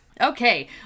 Okay